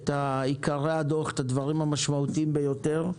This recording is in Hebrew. את עיקרי הדוח, את הדברים המשמעותיים ביותר.